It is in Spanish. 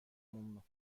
mundo